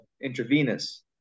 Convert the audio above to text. intravenous